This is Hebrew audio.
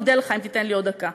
אודה לך אם תיתן לי עוד דקה.